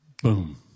Boom